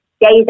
Days